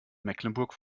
mecklenburg